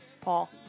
Paul